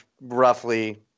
roughly